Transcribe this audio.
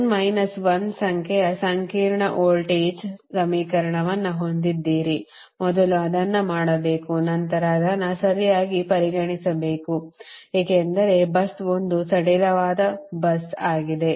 n minus 1 ಸಂಖ್ಯೆಯ ಸಂಕೀರ್ಣ voltage ಸಮೀಕರಣವನ್ನು ಹೊಂದಿದ್ದೀರಿ ಮೊದಲು ಅದನ್ನು ಮಾಡಬೇಕು ನಂತರ ಅದನ್ನು ಸರಿಯಾಗಿ ಪರಿಹರಿಸಬೇಕು ಏಕೆಂದರೆ bus ಒಂದು ಸಡಿಲವಾದ ಬಸ್ ಆಗಿದೆ